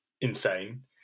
insane